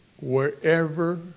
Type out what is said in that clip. Wherever